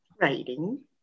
Writing